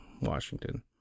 Washington